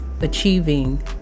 achieving